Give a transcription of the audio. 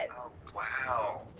and oh, wow!